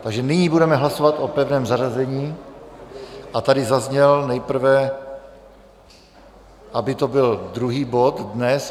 Takže nyní budeme hlasovat o pevném zařazení a tady zazněl nejprve návrh, aby to byl druhý bod dnes.